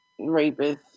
rapists